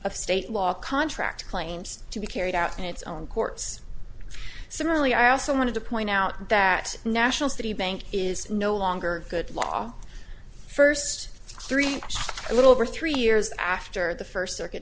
of state law contract claims to be carried out in its own courts similarly i also wanted to point now that national city bank is no longer good law first three a little over three years after the first circuit